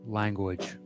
language